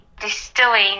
distilling